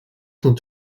sont